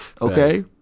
okay